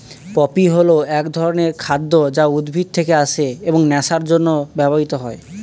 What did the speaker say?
poppy হল এক ধরনের খাদ্য যা উদ্ভিদ থেকে আসে এবং নেশার জন্য ব্যবহৃত হয়